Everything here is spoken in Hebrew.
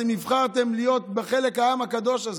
אתם נבחרתם להיות חלק מהעם הקדוש הזה.